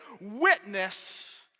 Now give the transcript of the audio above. witness